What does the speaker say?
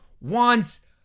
wants